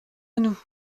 nous